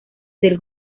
del